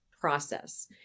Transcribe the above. process